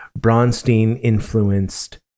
Bronstein-influenced